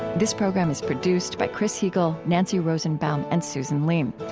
this program is produced by chris heagle, nancy rosenbaum, and susan leem.